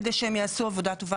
כדי שהם יעשו עבודה טובה.